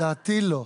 לדעתי לא.